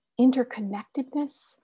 interconnectedness